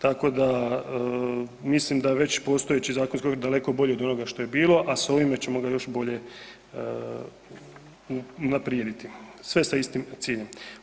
Tako da mislim da je već postojeći zakonski okvir daleko bolji od onoga što je bilo, a s ovime ćemo ga još bolje unaprijediti sve sa istim ciljem.